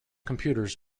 computers